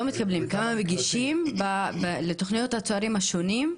לא מתקבלים, לתכניות הצוערים השונות,